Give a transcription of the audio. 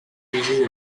uses